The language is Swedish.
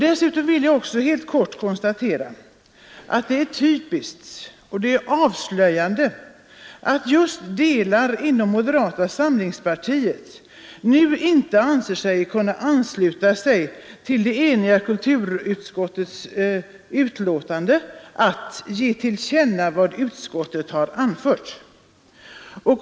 Dessutom vill jag helt kort konstatera att det är typiskt och avslöjande att man på vissa håll inom just moderata samlingspartiet nu inte anser sig kunna biträda kulturutskottets enhälliga hemställan att riksdagen som sin mening skall ge till känna för Kungl. Maj:t vad utskottet anfört.